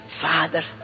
Father